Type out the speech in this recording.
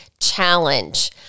challenge